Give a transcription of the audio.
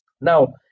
now